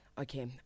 Okay